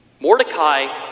Mordecai